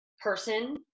person